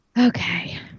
Okay